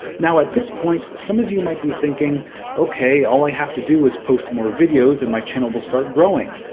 now at this point, some of you might be thinking okay all i have to do is post more videos and my channel will start growing.